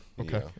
Okay